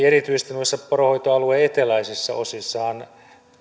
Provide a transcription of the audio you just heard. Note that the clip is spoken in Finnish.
erityisesti noissa poronhoitoalueiden eteläisissä osissahan